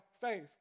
faith